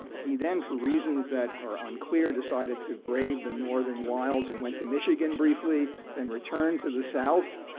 he then for reasons that are unclear decided to brave the northern wiles and went to michigan brefly, then returned to the south.